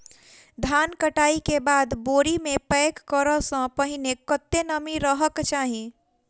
धान कटाई केँ बाद बोरी मे पैक करऽ सँ पहिने कत्ते नमी रहक चाहि?